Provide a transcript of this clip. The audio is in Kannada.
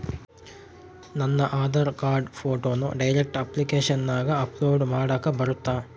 ನನ್ನ ಆಧಾರ್ ಕಾರ್ಡ್ ಫೋಟೋನ ಡೈರೆಕ್ಟ್ ಅಪ್ಲಿಕೇಶನಗ ಅಪ್ಲೋಡ್ ಮಾಡಾಕ ಬರುತ್ತಾ?